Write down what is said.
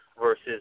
versus